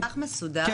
יש מסמך מסודר?